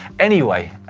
anyway,